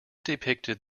depicted